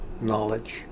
knowledge